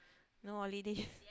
no holiday